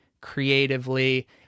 creatively